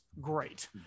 great